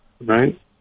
Right